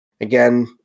Again